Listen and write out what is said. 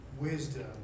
wisdom